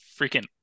freaking